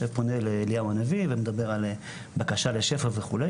שפונה לאליהו הנביא ומדבר על בקשה לשפע וכו',